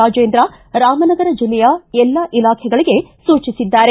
ರಾಜೇಂದ್ರ ರಾಮನಗರ ಜಿಲ್ಲೆಯ ಎಲ್ಲಾ ಇಲಾಖೆಗಳಿಗೆ ಸೂಚಿಸಿದ್ದಾರೆ